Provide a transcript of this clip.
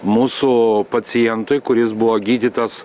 mūsų pacientui kuris buvo gydytas